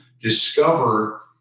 discover